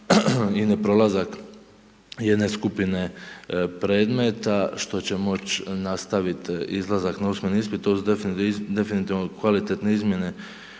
i neprolazak jedne skupine predmeta, što će moći nastaviti izlazak na usmeni ispit, to su definitivno kvalitetne izmjene,